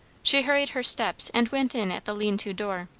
she hurried her steps and went in at the lean-to door.